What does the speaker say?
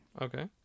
Okay